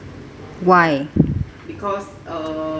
why